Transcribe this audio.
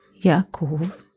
Yaakov